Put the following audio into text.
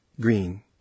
Green